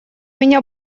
меня